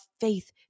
faith